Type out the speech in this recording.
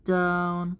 down